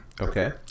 Okay